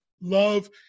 love